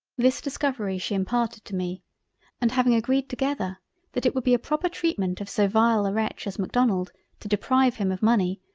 this discovery she imparted to me and having agreed together that it would be a proper treatment of so vile a wretch as macdonald to deprive him of money,